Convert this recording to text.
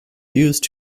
used